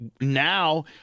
now